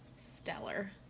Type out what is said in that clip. Stellar